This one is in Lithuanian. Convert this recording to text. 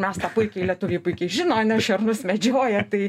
mes tą puikiai lietuviai puikiai žino ane šernus medžioja tai